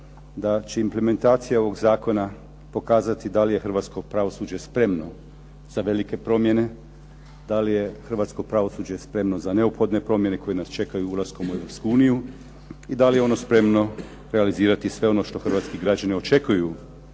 da će implementacija ovog zakona pokazati da li je hrvatsko pravosuđe spremno za velike promjene, da li je hrvatsko pravosuđe spremno za neophodne promjene koje nas čekaju ulaskom u Europsku uniju i da li je ono spremno realizirati i sve ono što hrvatski građani očekuju